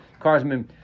Carsman